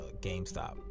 GameStop